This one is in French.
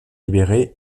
libéré